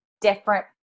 different